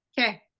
Okay